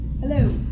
Hello